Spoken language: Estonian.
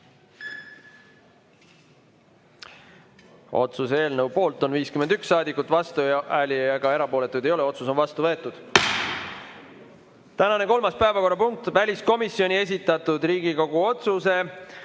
Otsuse eelnõu poolt on 51 saadikut, vastuhääli ega erapooletuid ei ole. Otsus on vastu võetud. Tänane kolmas päevakorrapunkt on väliskomisjoni esitatud Riigikogu otsuse